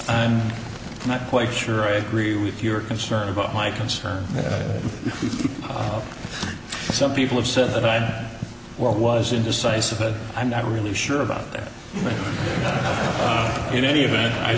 i'm not quite sure i agree with your concern about my concern some people have said that i was indecisive but i'm not really sure about me in any event i